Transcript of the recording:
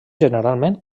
generalment